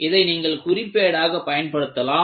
இதை நீங்கள் குறிப்பேடாக பயன்படுத்தலாம்